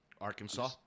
arkansas